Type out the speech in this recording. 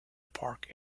park